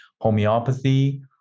Homeopathy